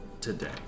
today